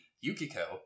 Yukiko